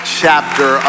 chapter